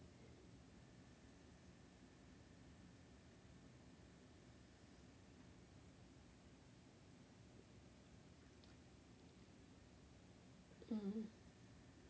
mmhmm